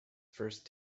first